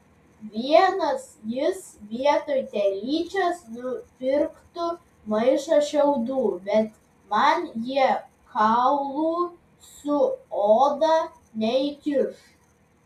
vienas jis vietoj telyčios nupirktų maišą šiaudų bet man jie kaulų su oda neįkiš